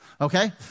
Okay